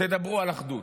תדברו על אחדות.